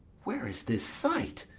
where is this sight?